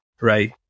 right